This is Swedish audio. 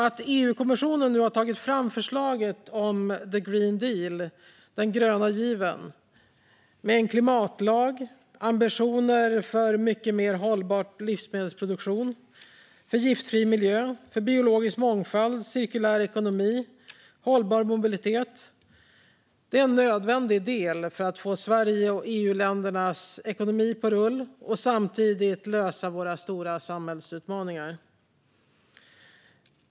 Att EU-kommissionen har tagit fram förslaget om The Green Deal, den gröna given, med en klimatlag och ambitioner för en mycket mer hållbar livsmedelsproduktion, för giftfri miljö, för biologisk mångfald, för cirkulär ekonomi och för hållbar mobilitet är en nödvändig del för att få Sveriges och EU-ländernas ekonomi på rull och samtidigt lösa våra stora samhällsutmaningar.